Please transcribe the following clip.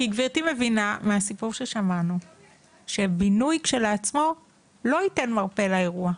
כי גברתי מבינה מהסיפור ששמענו שבינוי כשלעצמו לא ייתן מרפא לאירוע,